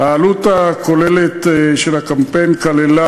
העלות הכוללת של הקמפיין כללה